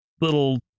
little